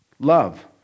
Love